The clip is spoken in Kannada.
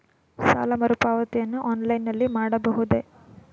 ಸಾಲ ಮರುಪಾವತಿಯನ್ನು ಆನ್ಲೈನ್ ನಲ್ಲಿ ಮಾಡಬಹುದೇ?